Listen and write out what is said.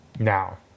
now